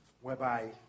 whereby